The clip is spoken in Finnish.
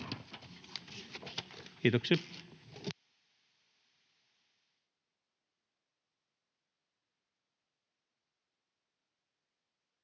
tietoisia.